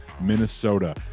Minnesota